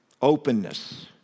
openness